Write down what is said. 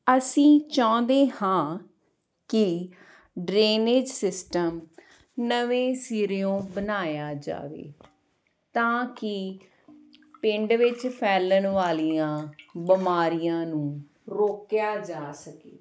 ਅਸੀਂ ਚਾਹੁੰਦੇ ਹਾਂ ਕਿ ਡਰੇਨੇਜ ਸਿਸਟਮ ਨਵੇਂ ਸਿਰਿਓਂ ਬਣਾਇਆ ਜਾਵੇ ਤਾਂ ਕਿ ਪਿੰਡ ਵਿੱਚ ਫੈਲਣ ਵਾਲੀਆਂ ਬਿਮਾਰੀਆਂ ਨੂੰ ਰੋਕਿਆ ਜਾ ਸਕੇ